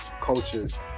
cultures